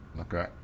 okay